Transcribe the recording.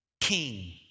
king